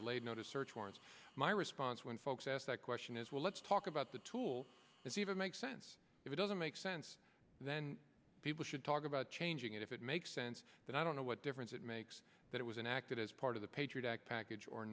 delayed notice search warrants my response when folks asked that question as well let's talk about the tool it's even makes sense if it doesn't make sense then people should talk about changing it if it makes sense but i don't know what difference it makes that it was an act that is part of the patriot act package or